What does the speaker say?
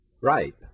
right